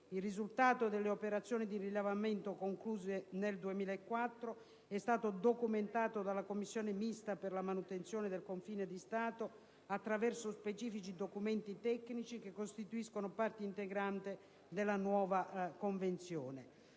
Il risultato delle operazioni di rilevamento, concluse nel 2004, è stato documentato dalla Commissione mista per la manutenzione del confine di Stato attraverso specifici documenti tecnici che costituiscono parte integrante della nuova Convenzione.